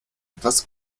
etwas